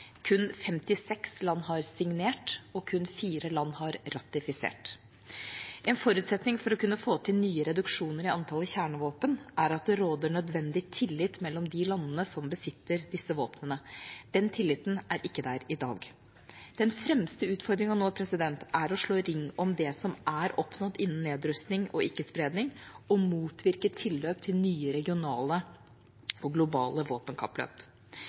Kun 56 land har signert, og kun 4 land har ratifisert. En forutsetning for å kunne få til nye reduksjoner i antallet kjernevåpen er at det råder nødvendig tillit mellom de landene som besitter disse våpnene. Den tilliten er ikke der i dag. Den fremste utfordringen nå er å slå ring om det som er oppnådd innen nedrustning og ikke-spredning, og motvirke tilløp til nye regionale og globale våpenkappløp.